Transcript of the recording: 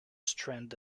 strand